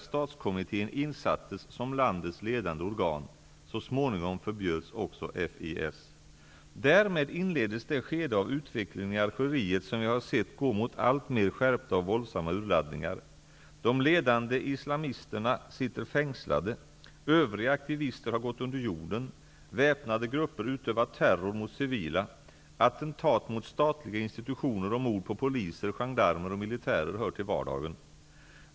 Så småningom förbjöds också FIS. Därmed inleddes det skede av utvecklingen i Algeriet som vi har sett gå mot alltmer skärpta och våldsamma urladdningar. De ledande islamisterna sitter fängslade, och övriga aktivister har gått under jorden. Väpnade grupper utövar terror mot civila. Attentat mot statliga institutioner och mord på poliser, gendarmer och militärer hör till vardagen.